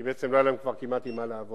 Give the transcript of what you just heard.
כי בעצם כבר לא היה להם כמעט עם מה לעבוד.